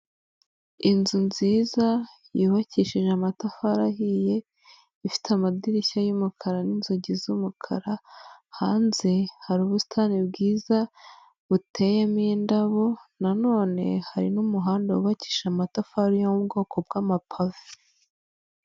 Inzu nziza yubakishije amatafari ahiye ifite amadirishya yumukara nin'inzogi z'umukara hanze hari ubusitani bwiza buteyemo indabo nanone hari n'umuhanda wubakisha amatafari yo mubwoko bwamapave.